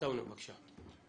אלעטאונה, בבקשה.